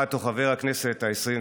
חברת או חבר הכנסת העשרים-ואחת,